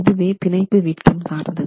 இதுவே பிணைப்பு விட்டம் சார்ந்தது